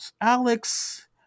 alex